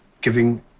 giving